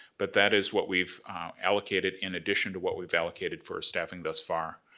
but that is what we've allocated in addition to what we've allocated for staffing thus far.